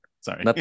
Sorry